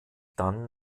dann